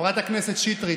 חברת הכנסת שטרית,